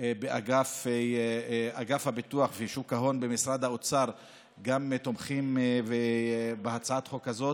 באגף הביטוח ושוק ההון במשרד האוצר תומכים בהצעת החוק הזאת.